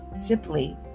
simply